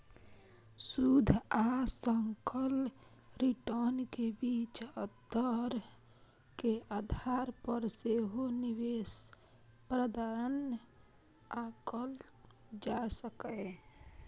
शुद्ध आ सकल रिटर्न के बीच अंतर के आधार पर सेहो निवेश प्रदर्शन आंकल जा सकैए